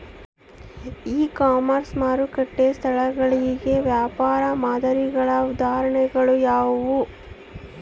E commerce ಮಾರುಕಟ್ಟೆ ಸ್ಥಳಗಳಿಗೆ ವ್ಯಾಪಾರ ಮಾದರಿಗಳ ಉದಾಹರಣೆಗಳು ಯಾವುವು?